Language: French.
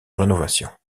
rénovation